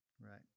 right